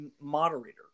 moderator